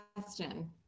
question